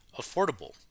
affordable